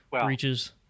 breaches